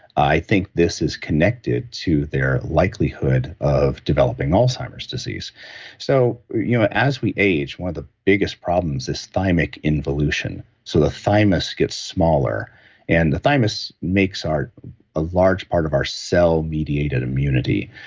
i think this is connected to their likelihood of developing alzheimer's disease so, you know as we age, one of the biggest problems is thymic involution, so the thymus gets smaller and the thymus makes a ah large part of our cell-mediated immunity.